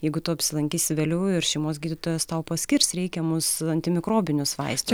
jeigu tu apsilankysi vėliau ir šeimos gydytojas tau paskirs reikiamus antimikrobinius vaistus